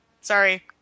Sorry